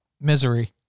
Misery